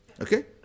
Okay